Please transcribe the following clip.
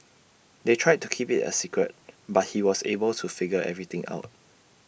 they tried to keep IT A secret but he was able to figure everything out